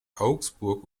augsburg